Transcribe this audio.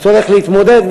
הצורך להתמודד.